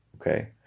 okay